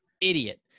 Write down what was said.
idiot